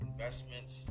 investments